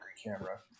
Camera